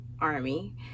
army